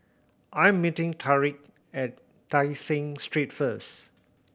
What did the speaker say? I am meeting Tariq at Tai Seng Street first